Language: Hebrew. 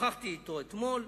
שוחחתי אתו אתמול,